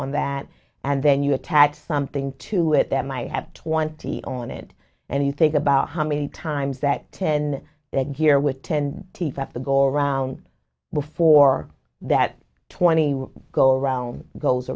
for that and then you attack something to it that might have twenty on it and you think about how many times that ten then here with ten t five to go around before that twenty go around goes